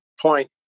point